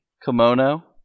kimono